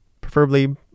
preferably